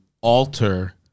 alter